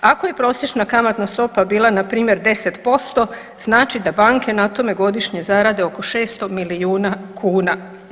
Ako je prosječna kamatna stopa bila npr. 10%, znači da banke na tome godišnje zarade oko 600 milijuna kuna.